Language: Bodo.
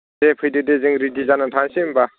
दे फैदो दे जों रेदि जानानै थानोसै होनबा